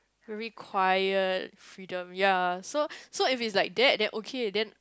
very quiet freedom ya so so if he is like that that okay then